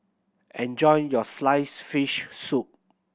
enjoy your sliced fish soup